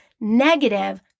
negative